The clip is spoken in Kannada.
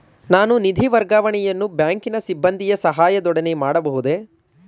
ನಾನು ನಿಧಿ ವರ್ಗಾವಣೆಯನ್ನು ಬ್ಯಾಂಕಿನ ಸಿಬ್ಬಂದಿಯ ಸಹಾಯದೊಡನೆ ಮಾಡಬಹುದೇ?